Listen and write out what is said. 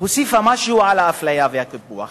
הוסיפה משהו על האפליה והקיפוח,